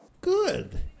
Good